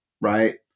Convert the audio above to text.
right